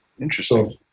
interesting